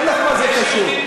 אני אגיד למה זה קשור.